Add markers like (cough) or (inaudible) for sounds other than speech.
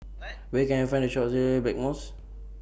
(noise) Where Can I Find The Shop sells Blackmores